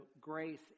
grace